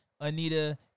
Anita